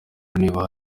niba